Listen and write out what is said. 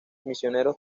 misioneros